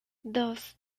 dos